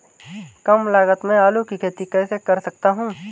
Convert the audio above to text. कम लागत में आलू की खेती कैसे कर सकता हूँ?